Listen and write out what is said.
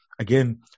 again